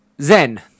Zen